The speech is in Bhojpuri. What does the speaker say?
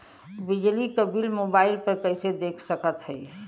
बिजली क बिल मोबाइल पर कईसे देख सकत हई?